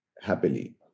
happily